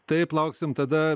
taip lauksim tada